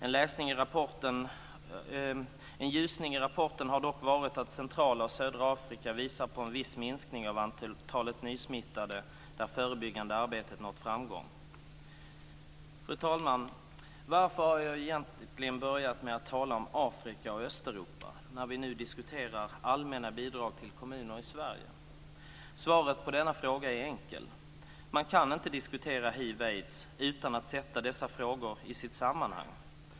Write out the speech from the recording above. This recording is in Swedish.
En ljusning i rapporten har dock varit att centrala och södra Afrika visar på en viss minskning av antalet nysmittade där förebyggande arbete nått framgång. Fru talman! Varför har jag egentligen börjat med tala om Afrika och Östeuropa när vi nu diskuterar allmänna bidrag till kommuner i Sverige? Svaret på denna fråga är enkel. Man kan inte diskutera hiv/aids utan att sätta dessa frågor i sitt sammanhang.